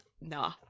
nah